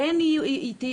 כי אין,